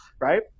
right